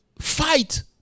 fight